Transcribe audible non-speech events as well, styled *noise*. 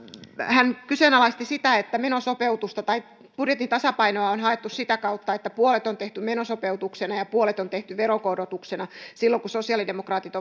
hän kyseenalaisti sitä että menosopeutusta tai budjetin tasapainoa on haettu sitä kautta että puolet on tehty menosopeutuksena ja ja puolet on tehty veronkorotuksena silloin kun sosiaalidemokraatit *unintelligible*